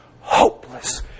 Hopeless